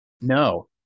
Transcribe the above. No